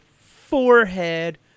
forehead